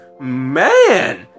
Man